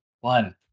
one